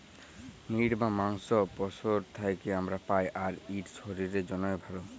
meet বা মাংস পশুর থ্যাকে আমরা পাই, আর ইট শরীরের জ্যনহে ভাল